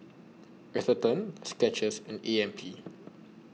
Atherton Skechers and A M P